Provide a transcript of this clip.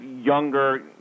younger